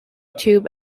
tube